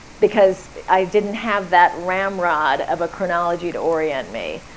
because i didn't have that ramrod of a chronology to orient me.